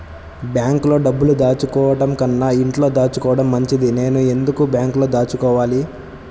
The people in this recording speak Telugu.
బ్యాంక్లో డబ్బులు దాచుకోవటంకన్నా ఇంట్లో దాచుకోవటం మంచిది నేను ఎందుకు బ్యాంక్లో దాచుకోవాలి?